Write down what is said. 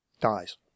dies